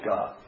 God